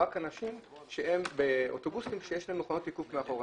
אלא רק באוטובוסים שיש להם מכונות תיקוף מאחורה.